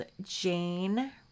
Jane